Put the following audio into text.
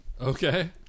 Okay